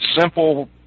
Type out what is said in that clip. simple